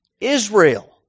Israel